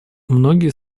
многие